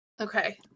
Okay